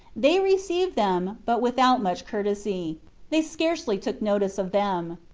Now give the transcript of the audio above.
they received them, but without much courtesy they scarcely took notice of them.